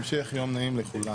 המשך יום נעים לכולם.